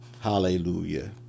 hallelujah